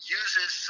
uses